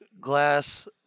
glass